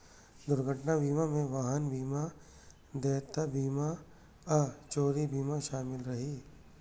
दुर्घटना बीमा मे वाहन बीमा, देयता बीमा आ चोरी बीमा शामिल रहै छै